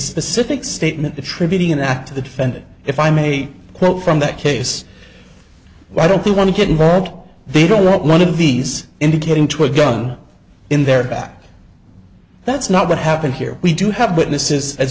specific statement attributing that to the defendant if i may quote from that case why don't you want to get involved they don't want one of these indicating to a gun in their back that's not what happened here we do have witnesses as